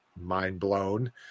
mind-blown